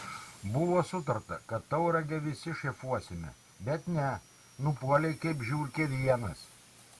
buvo sutarta kad tauragę visi šefuosime bet ne nupuolei kaip žiurkė vienas